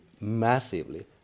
massively